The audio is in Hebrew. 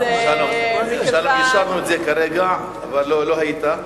סליחה, שלום, יישבנו את זה כרגע אבל לא היית.